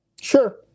Sure